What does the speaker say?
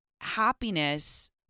happiness